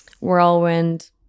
whirlwind